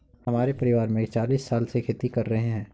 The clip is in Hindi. हमारे परिवार में चालीस साल से खेती कर रहे हैं